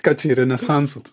ką čia į renesansą tu